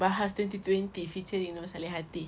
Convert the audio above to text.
bahas twenty twenty featuring nursalihati